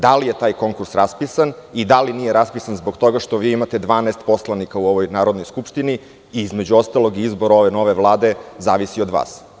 Da li je taj konkurs raspisan i da li nije raspisan zbog toga što vi imate 12 poslanika u Narodnoj skupštini i, između ostalog, izbor nove vlade zavisi od vas?